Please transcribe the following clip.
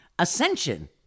Ascension